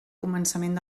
començament